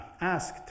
asked